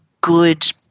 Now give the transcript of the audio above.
good